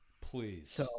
Please